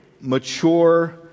mature